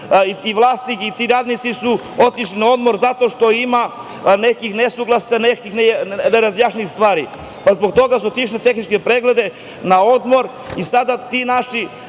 Vlasnik i ti radnici su otišli na odmor zato što ima nekih nesuglasica, nekih nerazjašnjenih stvari, pa zbog toga su otišli na tehničke preglede na odmor i sada ti naši